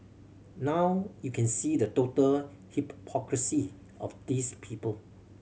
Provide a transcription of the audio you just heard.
now you can see the total hypocrisy of these people